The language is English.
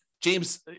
James